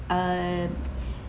err